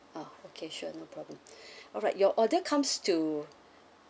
ah okay sure no problem alright your order comes to